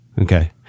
Okay